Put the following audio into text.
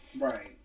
Right